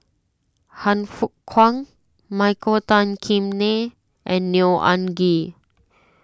Han Fook Kwang Michael Tan Kim Nei and Neo Anngee